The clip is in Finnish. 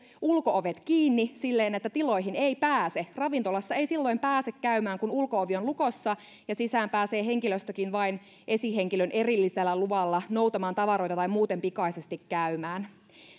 ulko ovet kiinni silleen että tiloihin ei pääse ravintolassa ei silloin pääse käymään kun ulko ovi on lukossa ja sisään pääsee henkilöstökin vain esihenkilön erillisellä luvalla noutamaan tavaroita tai muuten pikaisesti käymään